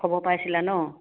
খবৰ পাইছিলা ন